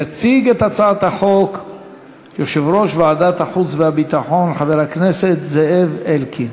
יציג את הצעת החוק יושב-ראש ועדת החוץ והביטחון חבר הכנסת זאב אלקין.